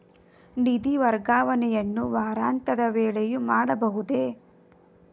ನಿಧಿ ವರ್ಗಾವಣೆಯನ್ನು ವಾರಾಂತ್ಯದ ವೇಳೆಯೂ ಮಾಡಬಹುದೇ?